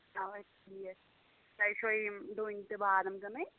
اَوٕے ٹھیٖک تۄہہِ چھُوٕ یِم دوٗنۍ تہٕ بادَم کٕنٕنۍ